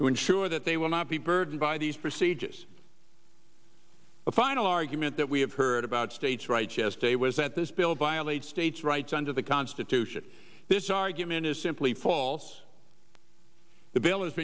to ensure that they will not be burdened by these procedures a final argument that we have heard about states rights yesterday was that this bill violates states rights under the constitution this argument is simply false the bill is